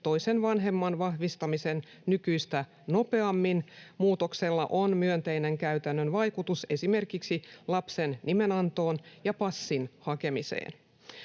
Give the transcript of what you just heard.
toisen vanhemman vahvistamisen nykyistä nopeammin. Muutoksella on myönteinen käytännön vaikutus esimerkiksi lapsen nimenantoon ja passin hakemiseen.